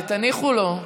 תניחו לו.